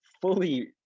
fully